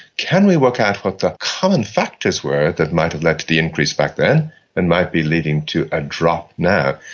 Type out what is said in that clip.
can we work out what the common factors were that might have led to the increase back then and might be leading to a drop now.